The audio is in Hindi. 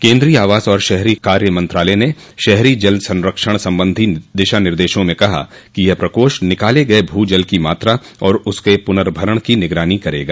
केन्द्रीय आवास और शहरी कार्य मंत्रालय ने शहरी जल संरक्षण संबंधी दिशा निर्देशों में कहा कि यह प्रकोष्ठ निकाले गए भू जल की मात्रा और उसके पुर्नभरण की निगरानी करेगा